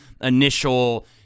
initial